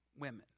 women